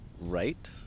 right